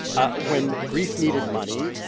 ah when greece needed money,